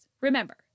Remember